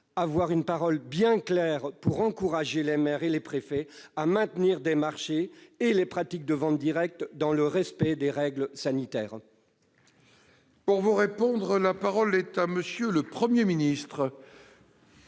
avoir une parole bien claire pour encourager les maires et les préfets à maintenir les marchés et les pratiques de vente directe dans le respect des règles sanitaires ? La parole est à M. le Premier ministre.